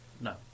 No